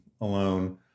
alone